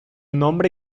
nombre